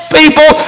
people